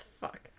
fuck